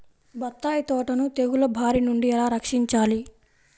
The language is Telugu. బత్తాయి తోటను తెగులు బారి నుండి ఎలా రక్షించాలి?